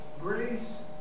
grace